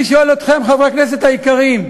אני שואל אתכם, חברי הכנסת היקרים: